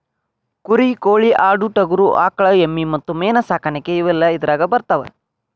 ಕುರಿ ಕೋಳಿ ಆಡು ಟಗರು ಆಕಳ ಎಮ್ಮಿ ಮತ್ತ ಮೇನ ಸಾಕಾಣಿಕೆ ಇವೆಲ್ಲ ಇದರಾಗ ಬರತಾವ